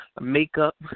makeup